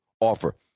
offer